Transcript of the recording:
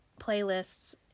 playlists